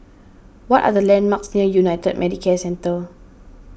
what are the landmarks United Medicare Centre